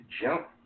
jump